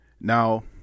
Now